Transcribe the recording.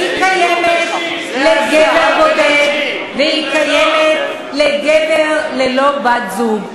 היא קיימת לגבר בודד והיא קיימת לגבר ללא בת-זוג.